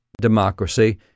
democracy